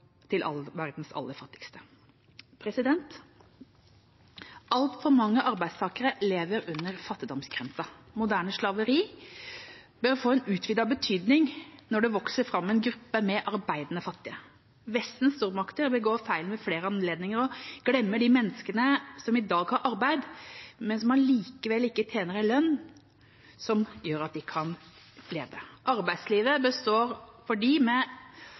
fra all abortrådgivning for å kunne motta avgjørende bistandsmidler til verdens aller fattigste. Altfor mange arbeidstakere lever under fattigdomsgrensen. Moderne slaveri bør få en utvidet betydning når det vokser fram en gruppe med arbeidende fattige. Vestens stormakter begår ved flere anledninger feilen å glemme de menneskene som i dag har arbeid, men som allikevel ikke tjener en lønn som gjør at de kan leve av den. Arbeidslivet består for